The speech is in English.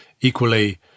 equally